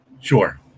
sure